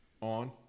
on